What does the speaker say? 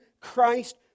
Christ